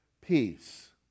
peace